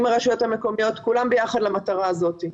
עם הרשויות המקומית, כולם ביחד למטרה הזאת.